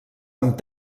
amb